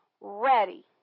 ready